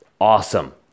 awesome